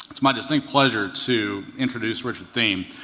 it's my distinct pleasure to introduce richard thieme.